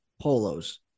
polos